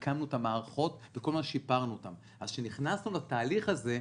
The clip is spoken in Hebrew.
הקמנו את המערכות וכל הזמן שיפרנו אותן אז כשנכנסו לתהליך הזה,